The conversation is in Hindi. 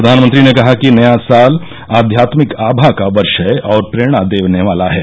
प्रधानमंत्री ने कहा कि नया साल आध्यात्मिक आभा का वर्ष है और प्रेरणा देने वाला है